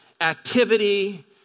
activity